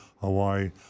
Hawaii